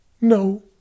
No